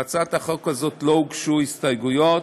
להצעת החוק הזאת לא הוגשו הסתייגויות,